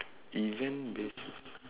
event based